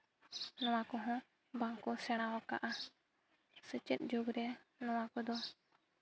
ᱱᱚᱣᱟ ᱠᱚᱦᱚᱸ ᱵᱟᱝᱠᱚ ᱥᱮᱬᱟ ᱟᱠᱟᱜᱼᱟ ᱥᱮᱪᱮᱫ ᱡᱩᱜᱽ ᱨᱮ ᱱᱚᱣᱟ ᱠᱚᱫᱚ